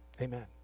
Amen